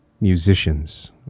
musicians